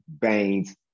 Baines